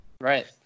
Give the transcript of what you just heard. Right